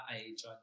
age